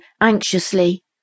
anxiously